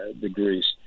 degrees